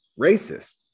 racist